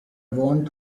want